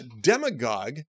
demagogue